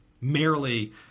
merely